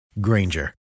Granger